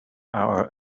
our